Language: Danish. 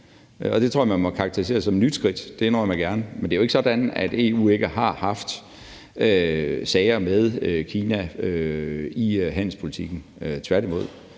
det tror jeg man må karakterisere som et nyt skridt. Det indrømmer jeg gerne, men det er jo ikke sådan, at EU ikke har haft sager med Kina i handelspolitikken, tværtimod.